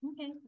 Okay